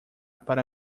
para